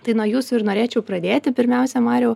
tai nuo jūsų ir norėčiau pradėti pirmiausia mariau